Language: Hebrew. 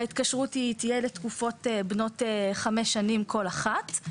וההתקשרות תהיה לתקופות בנות חמש שנים כל אחת.